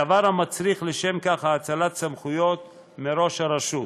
דבר המצריך לשם כך האצלת סמכויות מראש הרשות.